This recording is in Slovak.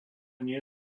nie